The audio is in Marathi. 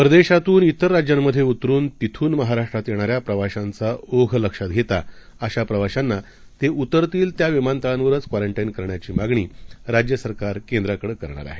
परदेशातून इतर राज्यात उतरून तिथून महाराष्ट्रात येणाऱ्या प्रवाशांचा ओघ लक्षात घेता अशा प्रवाशांना ते उतरतील त्या विमानतळांवरच क्वारंटाईन करण्याची मागणी राज्य सरकार केंद्राकडे करणार आहे